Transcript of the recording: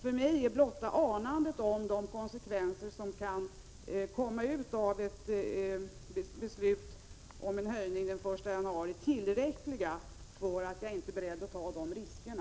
För mig är blotta anandet om de konsekvenser som kan komma ut av ett beslut om en höjning den 1 januari tillräckligt för att jag inte skall vara beredd att ta den risken.